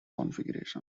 configuration